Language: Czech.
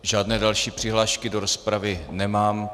Žádné další přihlášky do rozpravy nemám.